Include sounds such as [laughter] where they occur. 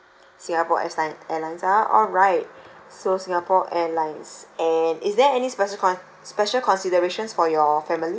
[breath] singapore s~ line airlines ah alright [breath] so Singapore Airlines and is there any special con~ special considerations for your family